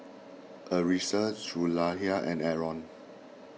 Arissa Zulaikha and Aaron